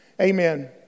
Amen